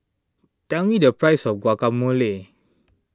tell me the price of Guacamole